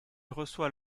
reçoit